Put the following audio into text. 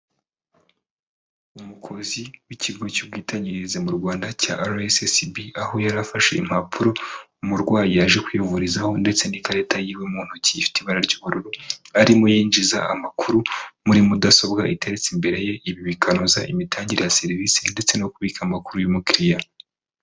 Umukozi w'ikigo cy'ubwiteganyirize mu rwanda cya RSSB, aho yari afashe impapuro umurwayi yaje kwivurizaho ndetse n'ikarita yiwe mu ntoki ifite ibara ry'ubururu, arimo yinjiza amakuru muri mudasobwa iteretse imbere ye, ibi bikanoza imitangire ya serivisi ndetse no kubika amakuru y'umukiriya.